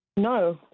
No